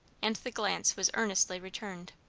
and the glance was earnestly returned.